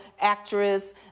actress